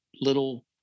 little